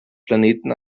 planeten